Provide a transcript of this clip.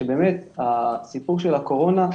שבאמת הסיפור של הקורונה,